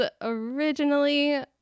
originally